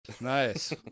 nice